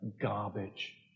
garbage